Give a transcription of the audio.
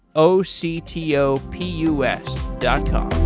o c t o p u s dot com